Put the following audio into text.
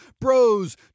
bros